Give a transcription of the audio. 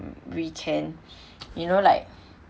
we can you know like